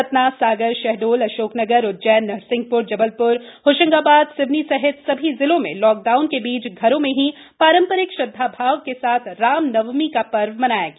सतना सागर शहडोल अशोकनगर उज्जैन नरसिंहपुर जबलपुर होशंगाबाद सिवनी सहित सभी जिलों में लॉकडाउन के बीच घरों में ही आरं रिक श्रदधाभाव के साथ रामनवमी का श्र्व मनाया गया